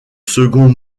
second